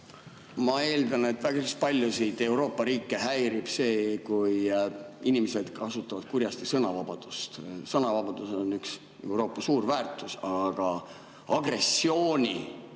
Ma eeldan, et päris paljusid Euroopa riike häirib see, kui inimesed kasutavad kurjasti sõnavabadust. Sõnavabadus on üks Euroopa suur väärtus, aga agressiooni